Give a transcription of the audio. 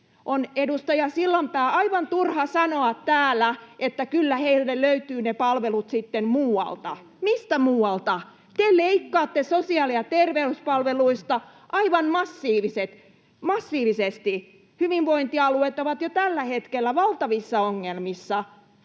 [Pia Sillanpää: Ei ketään jätetä heitteille!] että kyllä heille löytyvät ne palvelut sitten muualta. Mistä muualta? Te leikkaatte sosiaali- ja terveyspalveluista aivan massiivisesti. Hyvinvointialueet ovat jo tällä hetkellä valtavissa ongelmissa,